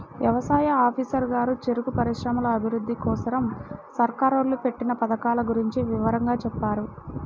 యవసాయ ఆఫీసరు గారు చెరుకు పరిశ్రమల అభిరుద్ధి కోసరం సర్కారోళ్ళు పెట్టిన పథకాల గురించి వివరంగా చెప్పారు